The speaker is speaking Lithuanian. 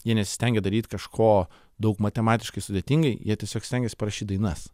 jie nesistengia daryti kažko daug matematiškai sudėtingai jie tiesiog stengiasi parašyt dainas